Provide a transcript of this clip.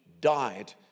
died